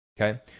okay